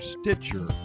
Stitcher